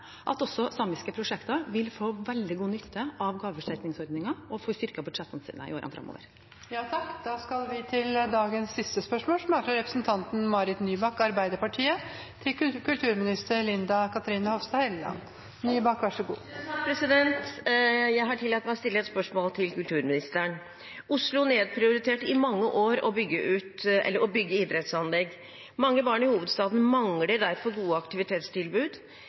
at også samiske prosjekter vil få veldig god nytte av gaveforsterkningsordningen og få styrket budsjettene sine i årene framover. Jeg tillater meg å stille et spørsmål til kulturministeren: «Oslo nedprioriterte i mange år å bygge idrettsanlegg. Mange barn i hovedstaden mangler derfor gode aktivitetstilbud.